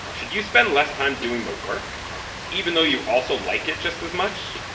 should you spend less time doing the work even though you also like it just as much?